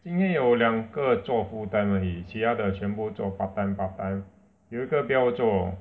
今天有两个做 full time 而已其他的全部做 part time part time 有一个不要做